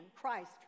Christ